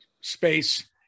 space